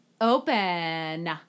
open